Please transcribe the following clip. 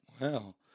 Wow